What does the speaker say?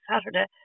Saturday